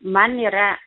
man yra